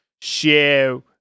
share